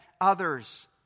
others